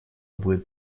будет